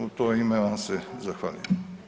U to ime vam se zahvaljujem.